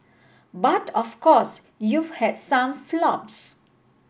but of course you've had some flops